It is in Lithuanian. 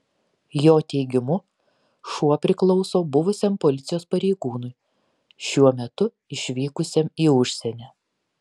jo teigimu šuo priklauso buvusiam policijos pareigūnui šiuo metu išvykusiam į užsienį